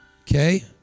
Okay